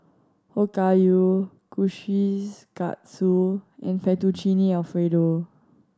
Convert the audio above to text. Okayu Kushikatsu and Fettuccine Alfredo